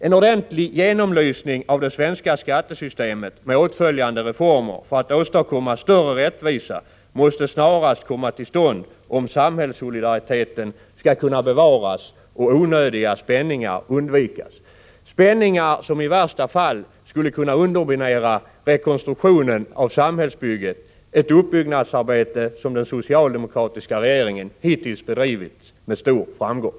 En ordentlig genomlysning av det svenska skattesystemet med åtföljande reformer för att åstadkomma större rättvisa måste snarast komma till stånd om samhällssolidariteten skall kunna bevaras och onödiga spänningar undvikas — spänningar som i värsta fall skulle kunna underminera rekonstruktionen av samhällsbygget, ett uppbyggnadsarbete som den socialdemokratiska regeringen hittills bedrivit med stor framgång.